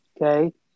Okay